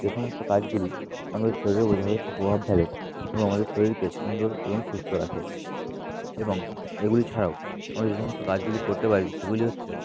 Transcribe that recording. এ সমস্ত কাজগুলি আমাদের শরীরের ওপর যথেষ্ট প্রভাব ফেলে এবং আমাদের শরীরকে সুন্দর এবং সুস্থ রাখে এবং এগুলি ছাড়াও আমরা যে সমস্ত কাজগুলি করতে পারি সেগুলি হচ্ছে